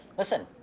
listen,